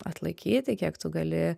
atlaikyti kiek tu gali